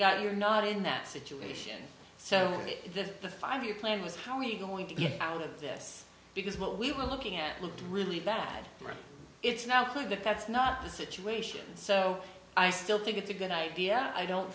got you're not in that situation so if the five year plan was how are we going to get out of this because what we were looking at looked really bad and it's now think that that's not the situation so i still think it's a good idea i don't